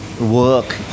work